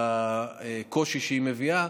והקושי שהיא מביאה,